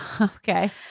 Okay